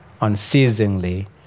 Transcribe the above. unceasingly